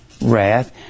wrath